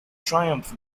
triumph